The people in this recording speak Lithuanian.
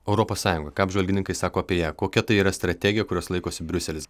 europos sąjunga ką apžvalgininkai sako apie ją kokia tai yra strategija kurios laikosi briuselis